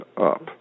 up